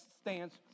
stands